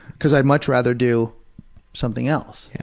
because i'd much rather do something else. yeah